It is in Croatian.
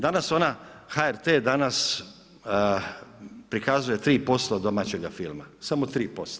Danas ona HRT danas prikazuje 3% domaćega filma, samo 3%